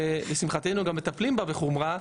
ולשמחתנו גם מטפלים בה בחומרה,